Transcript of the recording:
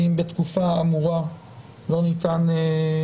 ואם בתקופה האמורה לא ניתן,